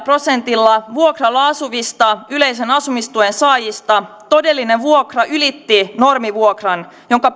prosentilla vuokralla asuvista yleisen asumistuen saajista todellinen vuokra ylitti normivuokran jonka